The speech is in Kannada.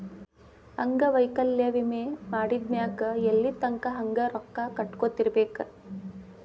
ಅಂಗವೈಕಲ್ಯ ವಿಮೆ ಮಾಡಿದ್ಮ್ಯಾಕ್ ಎಲ್ಲಿತಂಕಾ ಹಂಗ ರೊಕ್ಕಾ ಕಟ್ಕೊತಿರ್ಬೇಕ್?